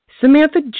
Samantha